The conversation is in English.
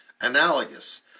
analogous